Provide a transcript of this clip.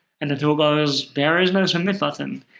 and the tool goes, there is no submit button.